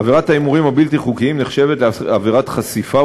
עבירת ההימורים הבלתי-חוקיים נחשבת לעבירת חשיפה,